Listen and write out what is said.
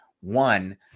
one